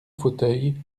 fauteuil